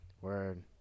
Word